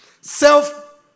Self